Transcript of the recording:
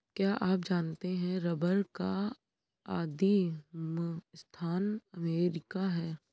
क्या आप जानते है रबर का आदिमस्थान अमरीका है?